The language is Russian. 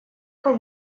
как